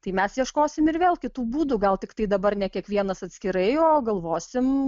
tai mes ieškosim ir vėl kitų būdų gal tiktai dabar ne kiekvienas atskirai o galvosim